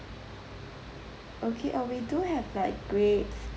okay uh we do have like grape